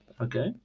okay